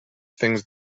things